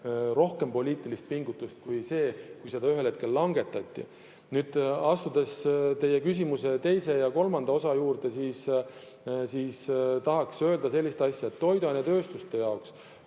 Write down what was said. rohkem poliitilist pingutust kui see, kui seda ühel hetkel langetati. Astudes teie küsimuse teise ja kolmanda osa juurde, siis tahaksin öelda sellist asja, et toiduainetööstuse jaoks